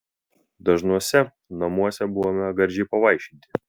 dažnuose namuose buvome gardžiai pavaišinti